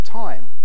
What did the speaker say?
time